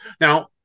Now